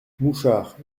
mouchard